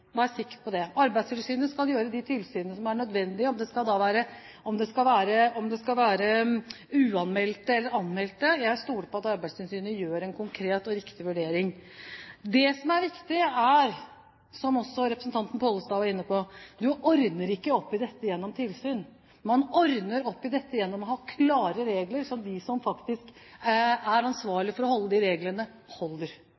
sikker på det. Arbeidstilsynet skal gjøre de tilsynene som er nødvendige, om det skal være uanmeldte eller anmeldte. Jeg stoler på at Arbeidstilsynet gjør en konkret og riktig vurdering. Det som er viktig, er – som også representanten Pollestad var inne på – at man ordner ikke opp i dette gjennom tilsyn. Man ordner opp i dette ved å ha klare regler, som de som faktisk er